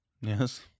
Yes